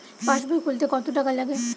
পাশবই খুলতে কতো টাকা লাগে?